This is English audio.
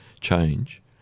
change